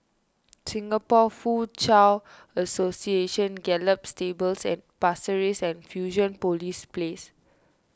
Singapore Foochow Association Gallop Stables at Pasir Ris and Fusionopolis Place